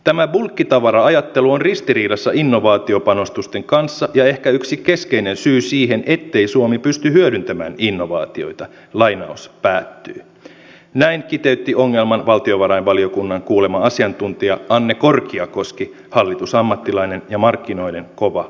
tämä bulkkitavara ajattelu on ristiriidassa innovaatiopanostusten kanssa ja ehkä yksi keskeinen syy siihen ettei suomi pysty hyödyntämään innovaatioita näin kiteytti ongelman valtiovarainvaliokunnan kuulema asiantuntija anne korkiakoski hallitusammattilainen ja markkinoiden kova ammattilainen